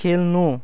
खेल्नु